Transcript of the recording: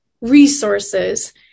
resources